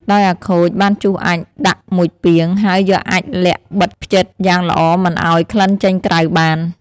ដោយអាខូចបានជុះអាចម៏ដាក់១ពាង ហើយយកអាចម៏ល័ក្ខបិទភ្ចិតយ៉ាងល្អមិនឱ្យក្លិនចេញក្រៅបាន។